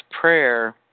prayer